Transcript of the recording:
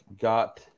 got